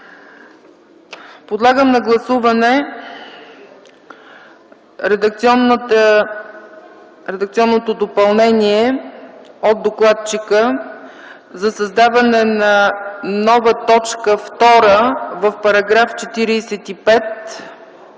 Подлагам на гласуване редакционното допълнение от докладчика за създаване на нова т. 2 в § 45,